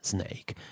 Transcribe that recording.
Snake